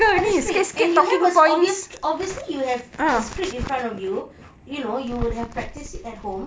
tak ada script and you have obvious obviously you have a script in front of you you know you would have practice it at home